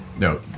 No